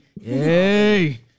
Yay